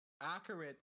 accurate